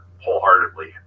wholeheartedly